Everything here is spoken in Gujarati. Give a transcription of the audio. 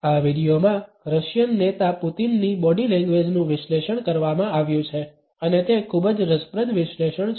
આ વીડિયોમાં રશિયન નેતા પુતિનની બોડી લેંગ્વેજનું વિશ્લેષણ કરવામાં આવ્યું છે અને તે ખૂબ જ રસપ્રદ વિશ્લેષણ છે